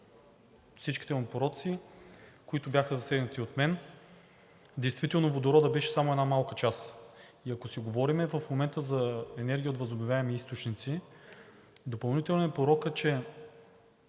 всичките му пороци, които бяха засегнати от мен. Действително водородът беше само една малка част. И ако си говорим в момента за енергия от възобновяеми източници, допълнителен порок е, че